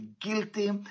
guilty